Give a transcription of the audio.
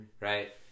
Right